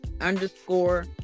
underscore